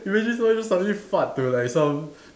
imagine somebody just suddenly fart to like some